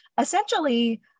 essentially